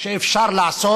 שאפשר לעשות.